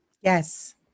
yes